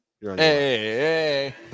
Hey